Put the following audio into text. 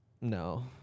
No